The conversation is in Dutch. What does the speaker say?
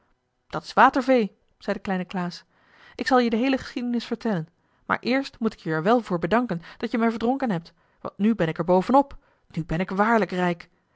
dat is watervee zei de kleine klaas ik zal je de heele geschiedenis vertellen maar eerst moet ik je er wel voor bedanken dat je mij verdronken hebt want nu ben ik er boven op nu ben ik waarlijk rijk